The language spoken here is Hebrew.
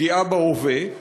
פגיעה בהווה,